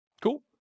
Cool